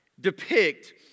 depict